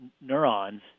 neurons